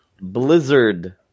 Blizzard